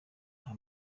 nta